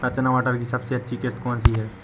रचना मटर की सबसे अच्छी किश्त कौन सी है?